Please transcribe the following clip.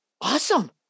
awesome